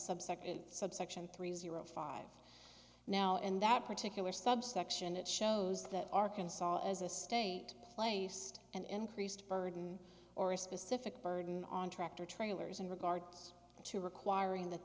subsect subsection three zero five now and that particular subsection it shows that arkansas as a state placed an increased burden or a specific burden on tractor trailers in regards to requiring that